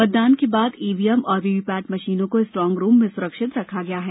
मतदान के बाद ईवीएम और वीवीपेट मशीनों को स्ट्रांग रूम में सुरक्षित रखा गया है